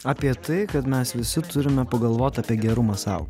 apie tai kad mes visi turime pagalvot apie gerumą sau